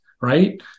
right